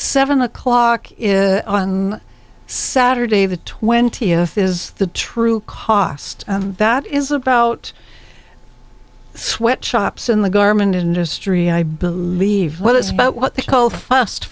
seven o'clock on saturday the twentieth is the true cost that is about sweat shops in the garment industry i believe what it's about what they call fast